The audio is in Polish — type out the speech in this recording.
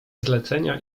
zlecenia